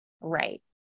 right